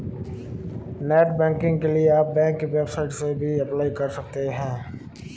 net banking के लिए आप बैंक की वेबसाइट से भी अप्लाई कर सकते है